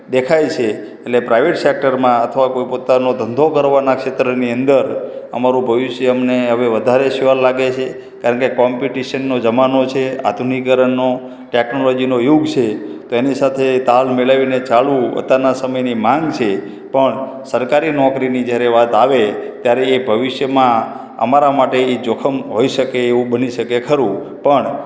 દેખાય છે એટલે પ્રાઈવેટ સેકટરમાં અથવા કોઈ પોતાનો ધંધો કરવાનાં ક્ષેત્રની અંદર અમારું ભવિષ્ય અમને હવે વધારે શ્યોર લાગે છે કારણ કે કૉમ્પિટિશનનો જમાનો છે આધુનિકીકરણનો ટૅક્નોલોજીનો યુગ છે તેની સાથે તાલ મિલાવીને ચાલવું અત્યારના સમયની માગ છે પણ સરકારી નોકરીની જ્યારે વાત આવે ત્યારે એ ભવિષ્યમાં અમારા માટે એ જોખમ હોઈ શકે એવું બની શકે ખરું પણ